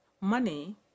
money